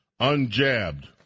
Unjabbed